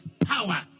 power